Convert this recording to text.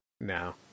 now